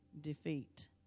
defeat